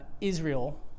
Israel